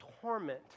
torment